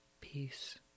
Peace